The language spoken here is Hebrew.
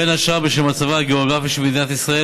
בין השאר בשל מצבה הגיאוגרפי של מדינת ישראל